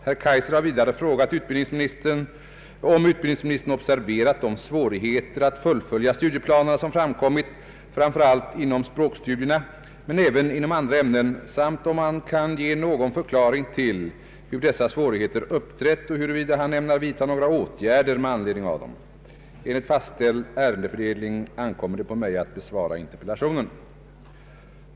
Herr Kaijser har vidare frågat om utbildningsministern observerat de svårigheter att fullfölja studieplanerna som framkommit framför allt inom språkstudierna men även inom andra ämnen samt om han kan ge någon förklaring till hur dessa svårigheter uppträtt och huruvida han ämnar vidta några åtgärder med anledning av dem. Enligt fastställd ärendefördelning ankommer det på mig att besvara interpellationen.